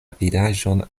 vidaĵon